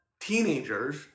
teenagers